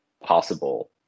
possible